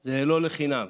זה לא לחינם.